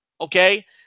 Okay